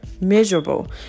Miserable